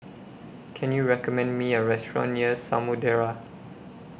Can YOU recommend Me A Restaurant near Samudera